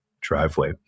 driveway